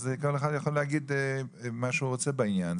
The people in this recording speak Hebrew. אז כל אחד יכול להגיד מה שהוא רוצה בעניין.